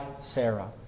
Sarah